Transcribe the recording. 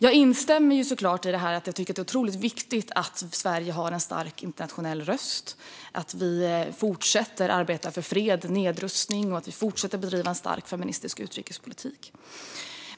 Jag instämmer i att det är otroligt viktigt att Sverige har en stark internationell röst, att vi fortsätter att arbeta för fred och nedrustning och att vi fortsätter att bedriva en stark feministisk utrikespolitik.